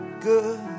good